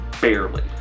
barely